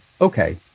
okay